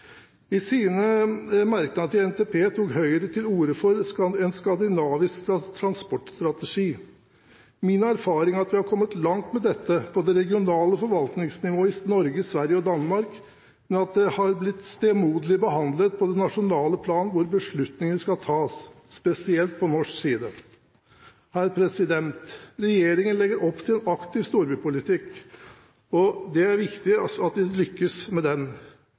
I sine merknader til NTP tok Høyre til orde for en skandinavisk transportstrategi. Min erfaring er at vi i Norge, Sverige og Danmark har kommet langt med dette på det regionale forvaltningsnivået, men at det har blitt stemoderlig behandlet på det nasjonale plan, hvor beslutningene skal tas – spesielt på norsk side. Regjeringen legger opp til en aktiv storbypolitikk. Det er viktig at vi lykkes med den.